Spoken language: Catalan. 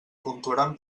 puntuaran